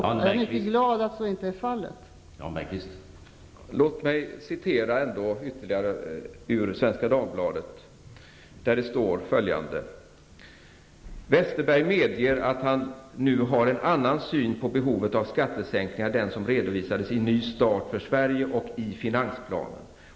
Herr talman! I Svenska Dagbladet står det att Westerberg medger att han nu har en annan syn på behovet av skattesänkningar än den som redovisades i Ny Start För Sverige och i finansplanen.